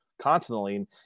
constantly